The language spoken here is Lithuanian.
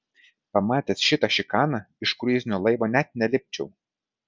pamatęs šitą šikaną iš kruizinio laivo net nelipčiau